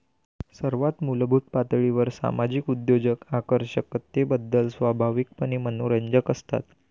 सर्वात मूलभूत पातळीवर सामाजिक उद्योजक आकर्षकतेबद्दल स्वाभाविकपणे मनोरंजक असतात